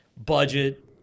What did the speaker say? budget